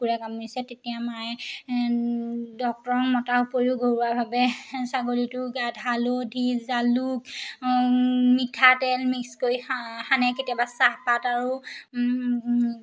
কুকুৰে কামুৰিছে তেতিয়া মায়ে ডক্টৰ মতাৰ উপৰিও ঘৰুৱাভাৱে ছাগলীটো গাত হালধি জালুক মিঠাতেল মিক্স কৰি সা সানে কেতিয়াবা চাহপাত আৰু